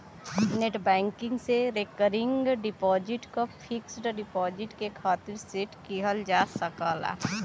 net banking से recurring deposit क fixed deposit के खातिर सेट किहल जा सकला